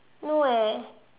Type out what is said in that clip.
no eh